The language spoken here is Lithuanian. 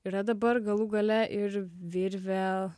yra dabar galų gale ir virvė